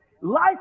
Life